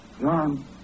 John